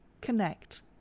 Connect